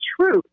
truth